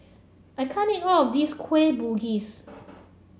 I can't eat it of this Kueh Bugis